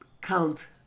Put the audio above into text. count